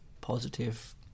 positive